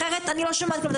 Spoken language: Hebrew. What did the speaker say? אחרת אני לא שומעת כלום.